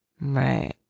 Right